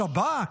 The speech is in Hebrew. השב"כ?